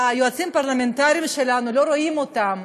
היועצים הפרלמנטריים שלנו, לא רואים אותם,